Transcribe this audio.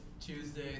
Tuesday